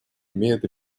имеет